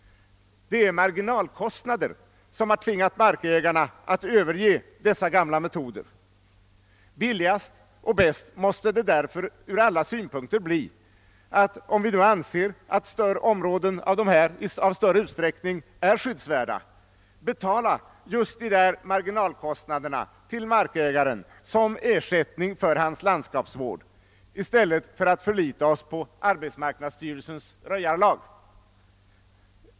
Det är marginalkostnader som tvingat markägarna att överge dessa gamla metoder — billigast och bäst måste det därför ur alla synpunkter bli att, om vi anser ett område av större utsträckning skyddsvärt, betala just de där marginalkostnaderna till markägaren som ersättning för hans landskapsvård i stället för att förlita oss på arbetsmarknadsstyrelsens röjarlag.